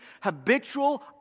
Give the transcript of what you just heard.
habitual